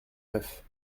neuf